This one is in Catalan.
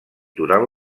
durant